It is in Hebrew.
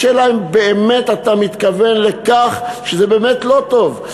השאלה אם אתה באמת מתכוון לכך שזה באמת לא טוב.